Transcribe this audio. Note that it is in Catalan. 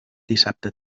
dissabte